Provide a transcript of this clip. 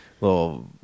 little